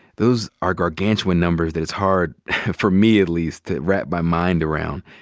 those are gargantuan numbers that it's hard for me at least to wrap my mind around.